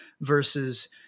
versus